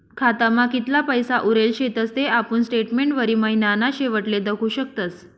खातामा कितला पैसा उरेल शेतस ते आपुन स्टेटमेंटवरी महिनाना शेवटले दखु शकतस